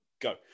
Go